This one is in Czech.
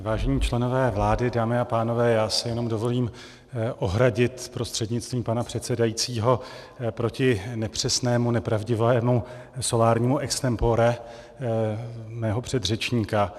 Vážení členové vlády, dámy a pánové, já se jenom dovolím ohradit prostřednictvím pana předsedajícího proti nepřesnému, nepravdivému solárnímu extempore svého předřečníka.